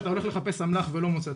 כשאתה הולך לחפש אמל"ח ולא מוצא,